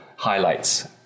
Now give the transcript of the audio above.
Highlights